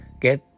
Get